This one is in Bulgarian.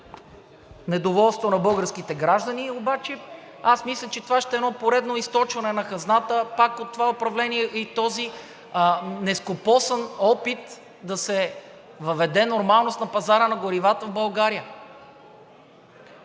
недоволството на българските граждани, обаче аз мисля, че това ще е едно поредно източване на хазната пак от това управление и този нескопосан опит да се въведе нормалност на пазара на горивата в България.